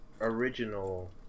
original